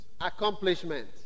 accomplishment